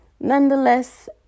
Nonetheless